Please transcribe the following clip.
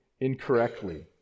incorrectly